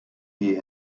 die